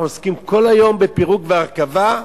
אנחנו עוסקים כל היום בפירוק והרכבה?